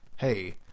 hey